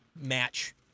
match